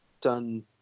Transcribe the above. done